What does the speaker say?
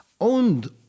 owned